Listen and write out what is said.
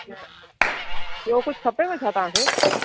ॿियो कुझु खपेव छा तव्हांखे